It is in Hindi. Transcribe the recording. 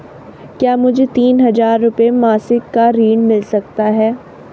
क्या मुझे तीन हज़ार रूपये मासिक का ऋण मिल सकता है?